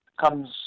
comes